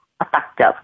effective